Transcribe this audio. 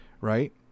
Right